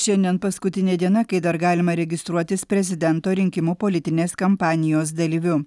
šiandien paskutinė diena kai dar galima registruotis prezidento rinkimų politinės kampanijos dalyviu